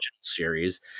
series